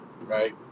right